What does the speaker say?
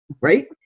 right